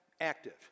active